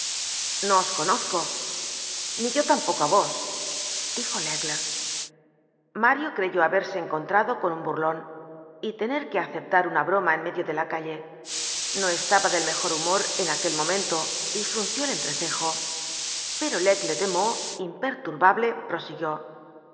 os conozco ni yo tampoco á vos dijo laigle mario creyó haberse encontrado con un burlon y tener que aceptar una broma en medio dela calle no estaba del mejor humor en aquel momento y frunció el entrecejo pero laigle de meaux imperturbable prosiguió